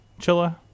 Chilla